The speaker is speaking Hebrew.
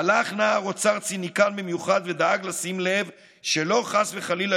הלך נער אוצר ציניקן במיוחד ודאג לשים לב שחס וחלילה